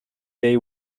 they